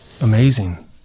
Amazing